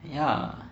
ya